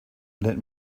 let